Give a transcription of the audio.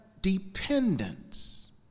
dependence